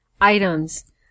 items